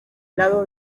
lado